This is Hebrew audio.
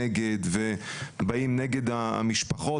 טובת הילד, לדעתי, לא נדונה כאן מספיק.